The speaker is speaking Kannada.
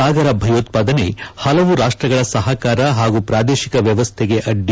ಸಾಗರ ಭಯೋತ್ವಾದನೆ ಹಲವು ರಾಷ್ಟ್ರಗಳ ಸಹಕಾರ ಹಾಗೂ ಪ್ರಾದೇಶಿಕ ವ್ಯವಸ್ಥೆಗೆ ಅಡ್ಡಿ